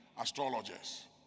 Astrologers